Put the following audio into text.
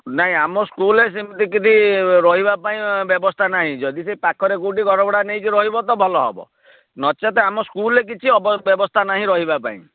ନାହିଁ ଆମ ସ୍କୁଲରେ ସେମିତି କିଛି ରହିବା ପାଇଁ ବ୍ୟବସ୍ଥା ନାହିଁ ଯଦି ସେ ପାଖରେ କେଉଁଠି ଘର ଭଡ଼ା ନେଇକି ରହିବ ତ ଭଲ ହେବ ନଚେତ ଆମ ସ୍କୁଲରେ କିଛି ବ୍ୟବସ୍ଥା ନାହିଁ ରହିବା ପାଇଁ